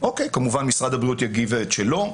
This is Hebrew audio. כמובן משרד הבריאות יגיד את שלו,